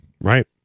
Right